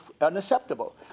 Unacceptable